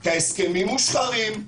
כי ההסכמים מושחרים,